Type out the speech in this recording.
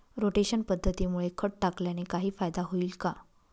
Rotation पद्धतीमुळे खत टाकल्याने काही फायदा होईल का?